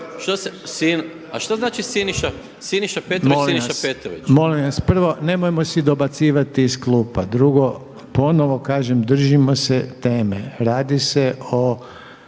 A šta znači Siniša Petrović,